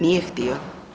Nije htio.